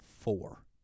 four